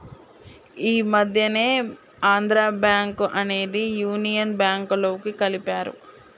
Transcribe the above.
ఈ మధ్యనే ఆంధ్రా బ్యేంకు అనేది యునియన్ బ్యేంకులోకి కలిపారు